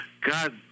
god